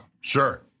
Sure